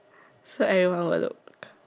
so everyone will look